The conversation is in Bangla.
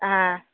হ্যাঁ